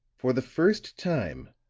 for the first time,